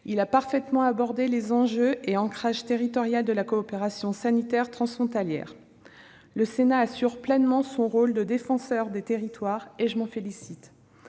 Il a parfaitement abordé les enjeux et l'ancrage territorial de la coopération sanitaire transfrontalière. Le Sénat assume pleinement son rôle de défenseur des territoires, et je m'en félicite.